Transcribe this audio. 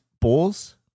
balls